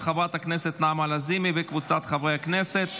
של חברת הכנסת נעמה לזימי וקבוצת חברי הכנסת.